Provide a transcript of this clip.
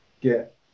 get